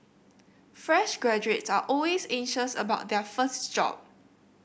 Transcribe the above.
fresh graduates are always anxious about their first job